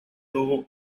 dugu